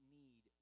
need